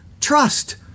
trust